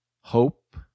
Hope